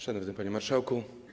Szanowny Panie Marszałku!